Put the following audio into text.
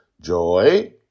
Joy